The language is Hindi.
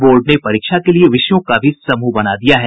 बोर्ड ने परीक्षा के लिए विषयों का समूह भी बना दिया है